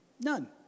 None